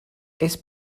has